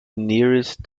nearest